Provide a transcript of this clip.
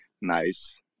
nice